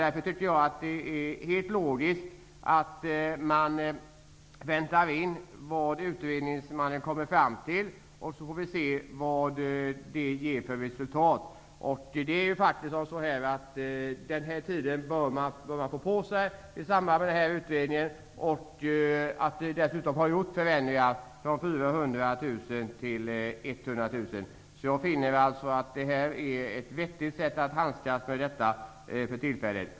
Därför är det helt logiskt att invänta vad utredningsmannen kommer fram till. Vi får därefter se vad resultatet blir. I samband med utredningen bör man få den här tiden på sig. Vissa förändringar har ju också gjorts, nämligen sänkningen av garantibeloppet från 400 000 kr till 100 000 kr. Jag finner detta vara ett för tillfället vettigt sätt att handskas med situationen.